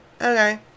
Okay